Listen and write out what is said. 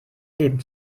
leben